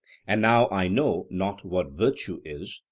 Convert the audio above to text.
and now i know not what virtue is,